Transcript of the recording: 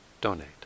donate